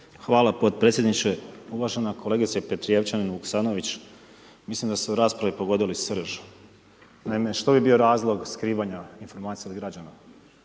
Hvala podpredsjedniče, uvažena kolegice Petrijevčanin Vuksanović, mislim da ste u raspravi pogodili srž, naime što bi bio razlog skrivanja informacija od građana.